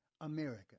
America